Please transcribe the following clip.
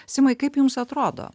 simai kaip jums atrodo